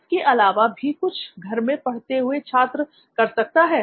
इसके अलावा भी कुछ घर में पढ़ते हुए छात्र कर सकता है